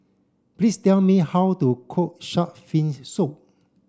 please tell me how to cook shark fin soup